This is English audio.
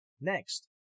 next